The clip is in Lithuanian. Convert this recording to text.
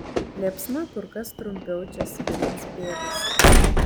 liepsna kur kas trumpiau čia svilins pėdas